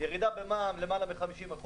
ירידה במע"מ למעלה מ-50%